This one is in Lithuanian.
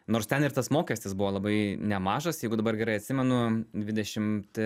nors ten ir tas mokestis buvo labai nemažas jeigu dabar gerai atsimenu dvidešimt